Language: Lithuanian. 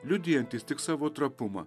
liudijantys tik savo trapumą